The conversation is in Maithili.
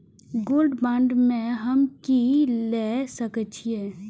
गोल्ड बांड में हम की ल सकै छियै?